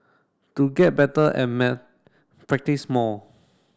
to get better at maths practice more